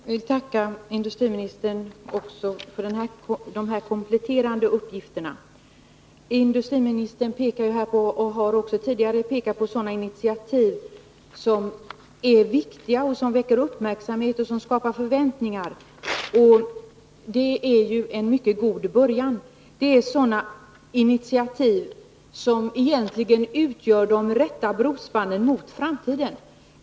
Herr talman! Jag vill tacka industriministern också för de kompletterande uppgifter som han nu lämnat. Industriministern pekar liksom han också tidigare gjort på olika viktiga initiativ som väcker uppmärksamhet och som skapar förväntningar, och det är ju en mycket god början. Det är sådana initiativ som är de rätta brospannen mot framtiden.